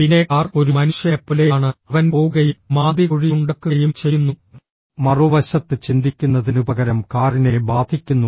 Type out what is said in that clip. പിന്നെ കാർ ഒരു മനുഷ്യനെപ്പോലെയാണ് അവൻ പോകുകയും മാന്തികുഴിയുണ്ടാക്കുകയും ചെയ്യുന്നു മറുവശത്ത് ചിന്തിക്കുന്നതിനുപകരം കാറിനെ ബാധിക്കുന്നു